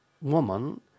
woman